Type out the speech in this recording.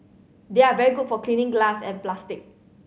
they are very good for cleaning glass and plastic